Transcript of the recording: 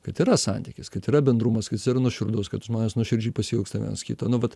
kad yra santykis kad yra bendrumas kad jis yra nuoširdus kad žmonės nuoširdžiai pasiilgsta vienas kito nu vat